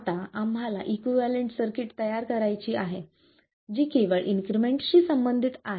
आता आम्हाला equivalent circuit तयार करायची आहे जी केवळ इन्क्रिमेंट शी संबंधित आहे